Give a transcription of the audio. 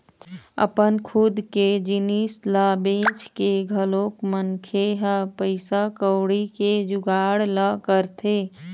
अपन खुद के जिनिस ल बेंच के घलोक मनखे ह पइसा कउड़ी के जुगाड़ ल करथे